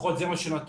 לפחות זה מה שנתתם,